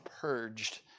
purged